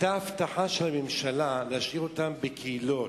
של הממשלה להשאיר אותם בקהילות.